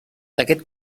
aquest